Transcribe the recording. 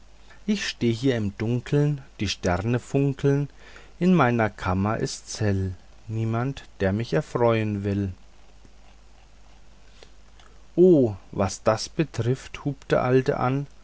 ich steh hier im dunkeln die sterne funkeln in meiner kammer ist's hell niemand der mich erfreuen will o was das betrifft hub der alte an